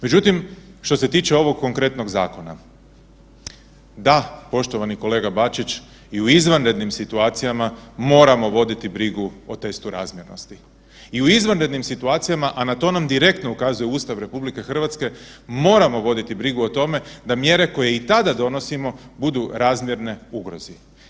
Međutim, što se tiče ovog konkretnog zakona, da poštovani kolega Bačić i u izvanrednim situacijama moramo voditi brigu o testu razmjernosti i u izvanrednim situacijama, a na to nam direktno ukazuje Ustav RH moramo voditi brigu o tome da mjere koje i tada donosimo budu razmjerne ugrozi.